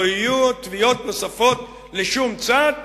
לא יהיו עוד תביעות נוספות לשום צד?